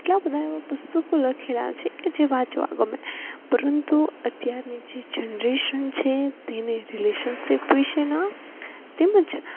કેટલાં બધા એવાં પુસ્તકો લખેલાં છે કે જે વાંચવા ગમે પરંતુ અત્યારની જે જનરેશન છે તેને રિલેશનસીપ વિશેના તેમજ